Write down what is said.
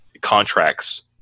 contracts